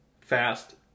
fast